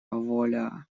воля